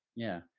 yeah.